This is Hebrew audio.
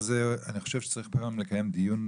אני חושב שצריך לקיים דיון,